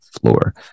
floor